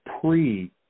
pre